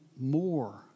more